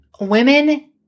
women